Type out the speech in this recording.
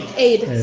aid